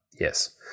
Yes